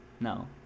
No